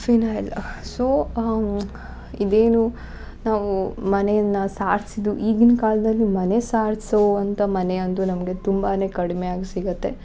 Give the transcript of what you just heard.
phenyl so ಇದೇನು ನಾವು ಮನೆಯನ್ನ ಸಾರ್ಸಿದ್ದು ಈಗಿನ ಕಾಲದಲ್ಲಿ ಮನೆ ಸಾರ್ಸೋವಂಥ ಮನೆ ಅಂದು ನಮಗೆ ತುಂಬಾನೆ ಕಡ್ಮೆ ಆಗಿ ಸಿಗತ್ತೆ